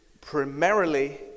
primarily